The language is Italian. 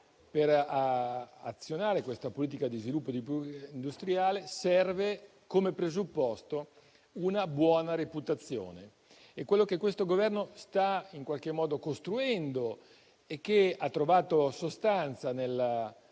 per azionare questa politica di sviluppo industriale, serve come presupposto una buona reputazione. Ed è quello che questo Governo sta in qualche modo costruendo e che ha trovato sostanza nella